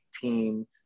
team